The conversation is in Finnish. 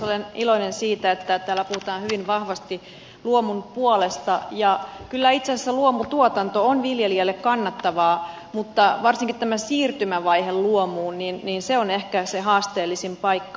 olen iloinen siitä että täällä puhutaan hyvin vahvasti luomun puolesta ja kyllä itse asiassa luomutuotanto on viljelijälle kannattavaa mutta varsinkin tämä siirtymävaihe luomuun on ehkä se haasteellisin paikka